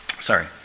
Sorry